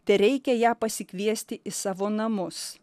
tereikia ją pasikviesti į savo namus